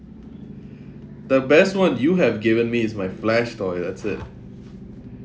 the best one you have given me is my flash toy that's it